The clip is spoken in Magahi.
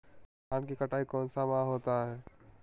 धान की कटाई कौन सा माह होता है?